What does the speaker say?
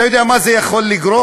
אתה יודע מה זה יכול לגרום?